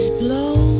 blow